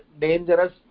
dangerous